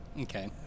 okay